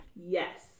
Yes